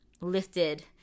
lifted